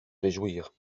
réjouir